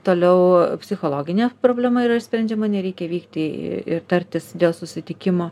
toliau psichologinė problema yra išsprendžiama nereikia vykti ir tartis dėl susitikimo